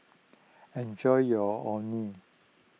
enjoy your Orh Nee